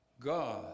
God